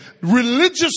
Religious